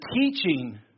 teaching